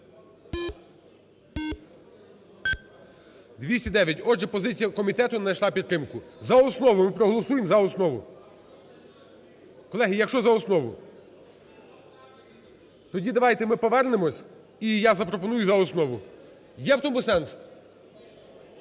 За-209 Отже, позиція комітету не знайшла підтримку. За основу, ми проголосуємо за основу? Колеги, якщо за основу? Тоді давайте ми повернемось, і я запропоную за основу. Є в тому сенс?